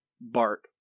Bart